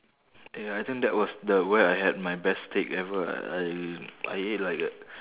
ya I think that was the where I had my best steak ever I I I ate like a